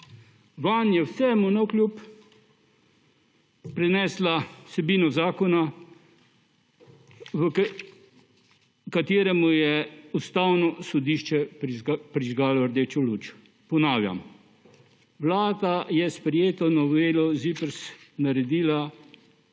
Vanj je vsemu navkljub prinesla vsebino zakona, kateremu je Ustavno sodišče prižgalo rdečo luč. Ponavljam, vlada je sprejeto novelo ZIPRS naredila